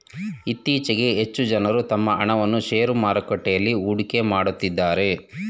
ಇತ್ತೀಚೆಗೆ ಹೆಚ್ಚು ಜನರು ತಮ್ಮ ಹಣವನ್ನು ಶೇರು ಮಾರುಕಟ್ಟೆಯಲ್ಲಿ ಹೂಡಿಕೆ ಮಾಡುತ್ತಿದ್ದಾರೆ